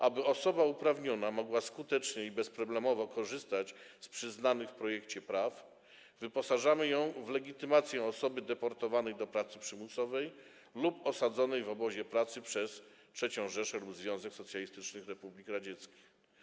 Aby osoba uprawniona mogła skutecznie i bezproblemowo korzystać z przyznanych w projekcie praw, wyposażamy ją w legitymację osoby deportowanej do pracy przymusowej lub osadzonej w obozie pracy przez III Rzeszę lub Związek Socjalistycznych Republik Radzieckich.